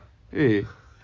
eh